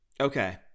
Okay